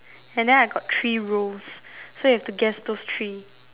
and then I got three roles so you have to guess those three